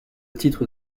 titre